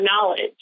knowledge